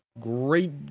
great